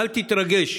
ואל תתרגש